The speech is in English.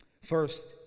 First